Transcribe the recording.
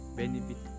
benefit